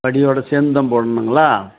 படியோடு சேர்ந்து தான் போடணுங்களா